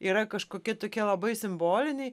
yra kažkokie tokie labai simboliniai